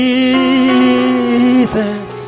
Jesus